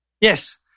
Yes